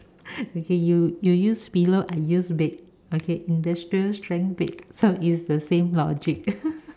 okay you use pillow I use bed okay industrial strength bed so it's the same logic